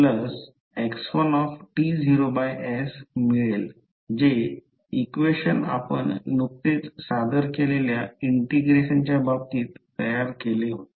तर शेवटी आपल्याला X2sx1s मिळेल जे इक्वेशन आपण नुकतेच सादर केलेल्या इंटिग्रेशनच्या बाबतीत तयार केले होते